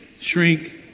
shrink